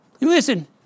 Listen